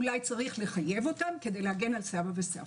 אולי צריך לחייב אותם כדי להגן על סבא וסבתא.